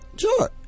Sure